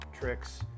tricks